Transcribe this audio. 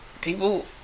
People